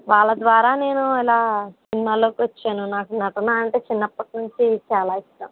వాళ్ళ ద్వారా నేను ఇలా సినిమాలోకి వచ్చాను నాకు నటన అంటే చిన్నప్పటి నుంచి చాలా ఇష్టం